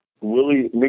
Willie